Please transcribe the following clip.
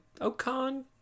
Okan